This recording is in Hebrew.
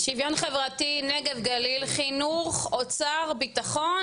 שוויון חברתי, נגב גליל, חינוך, אוצר, ביטחון.